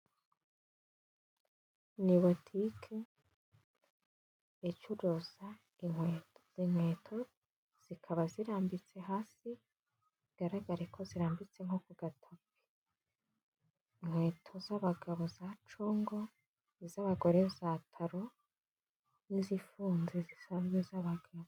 Ni butike icuruza inkweto, inkweto zikaba zirambitse hasi, bigaragare ko zirambitse nko ku gatara, inkweto z'abagabo za congo, iz'abagore za taro n'izifunze zisanzwe z'abagabo.